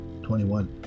21